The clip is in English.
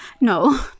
No